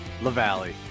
LaValley